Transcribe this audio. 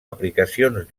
aplicacions